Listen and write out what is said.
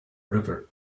river